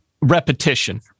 repetition